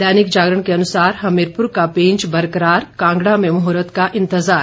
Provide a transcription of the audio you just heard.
दैनिक जागरण के अनुसार हमीरपुर का पेंच बरकरार कांगड़ा में मुहूर्त का इंतज़ार